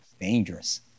Dangerous